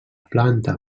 planta